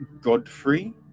godfrey